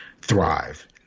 thrive